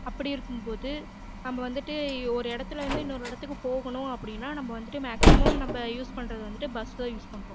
அப்படி இருக்கும் போது நம்ம வந்துட்டு ஒரு இடத்துலேருந்து இன்னொரு இடத்துக்கு போகணும் அப்படின்னா நம்ம வந்துட்டு மேக்சிமம் நம்ம யூஸ் பண்ணுறது வந்துட்டு பஸ் தான் யூஸ் பண்ணுறோம்